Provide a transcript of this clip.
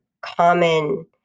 common